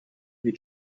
you